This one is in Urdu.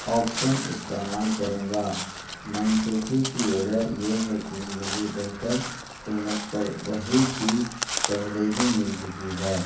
آپشن استعمال کروں گا منسوخی کی وجہ یہ ہے کہ مجھے بہتر قیمت پر وہی چیز پہلے ہی مل چکی ہے